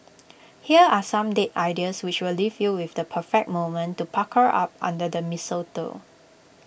here are some date ideas which will leave you with the perfect moment to pucker up under the mistletoe